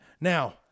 Now